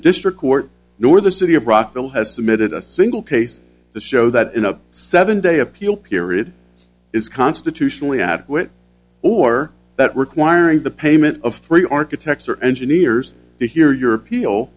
district court nor the city of rockville has submitted a single case to show that in a seven day appeal period is constitutionally adequate or that requiring the payment of three architecture engineers to hear your appeal